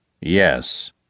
Yes